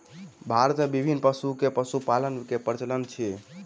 भारत मे विभिन्न पशु के पशुपालन के प्रचलन अछि